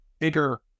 bigger